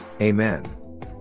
Amen